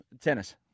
tennis